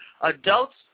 Adults